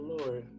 Lord